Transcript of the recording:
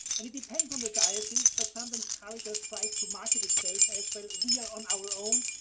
and it depends on the diocese, but sometimes caritas tries to market itself as well, we are on our own,